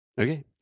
Okay